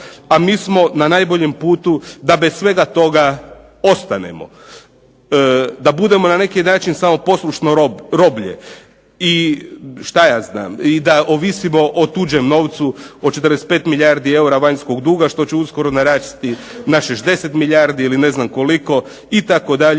a mi smo na najboljem putu da bez svega toga ostanemo, da budemo na neki način samo poslušno roblje i da ovisimo o tuđem novcu, o 45 milijardi eura vanjskog duga što će uskoro narasti na 60 milijardi ili ne znam koliko itd.,